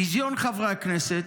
ביזיון חברי הכנסת,